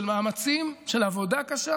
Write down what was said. של מאמצים ושל עבודה קשה,